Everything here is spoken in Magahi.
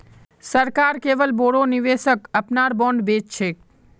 सरकार केवल बोरो निवेशक अपनार बॉन्ड बेच छेक